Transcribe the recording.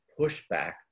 pushback